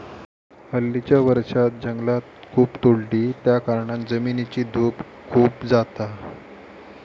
हल्लीच्या वर्षांत जंगला खूप तोडली त्याकारणान जमिनीची धूप खूप जाता